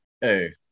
Hey